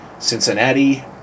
cincinnati